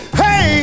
hey